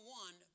one